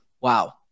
wow